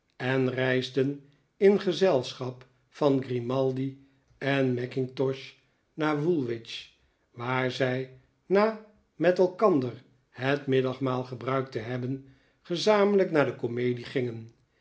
en reisden in gezelschap van grimaldi en mackintosh naar woolwich waar zij na met elkander het middagmaal gebruikt te hebben gezamenlijk naar de komedie gingen